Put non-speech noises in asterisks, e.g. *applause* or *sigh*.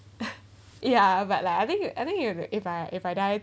*laughs* ya but like I think you I think you if I if I die